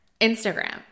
Instagram